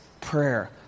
Prayer